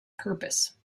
purpose